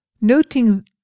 Noting